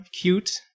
cute